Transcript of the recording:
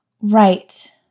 right